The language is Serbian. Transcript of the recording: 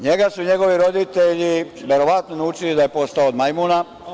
NJega su njegovi roditelji verovatno naučili da je postao od majmuna.